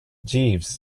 jeeves